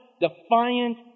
defiant